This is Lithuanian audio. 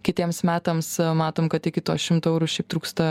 kitiems metams matom kad iki to šimto eurų šiaip trūksta